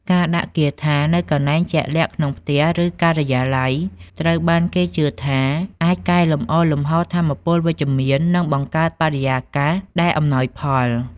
ការដាក់គាថានៅកន្លែងជាក់លាក់ក្នុងផ្ទះឬការិយាល័យត្រូវបានគេជឿថាអាចកែលម្អលំហូរថាមពលវិជ្ជមាននិងបង្កើតបរិយាកាសដែលអំណោយផល។